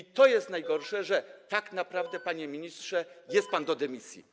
I to jest najgorsze, że tak naprawdę, panie ministrze, jest pan do dymisji.